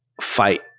fight